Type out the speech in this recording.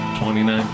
29